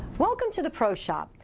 welcome to the pro shop.